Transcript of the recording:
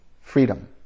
freedom